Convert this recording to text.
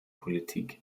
politik